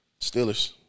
Steelers